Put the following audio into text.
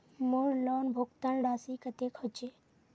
मोर लोन भुगतान राशि कतेक होचए?